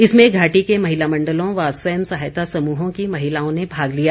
इसमें घाटी के महिला मंडलों व स्वयं सहायता समूहों की महिलाओं ने भाग लिया